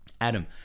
adam